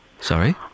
Sorry